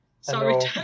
Sorry